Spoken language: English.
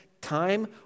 time